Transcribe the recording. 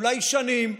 אולי שנים,